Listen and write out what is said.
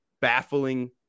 baffling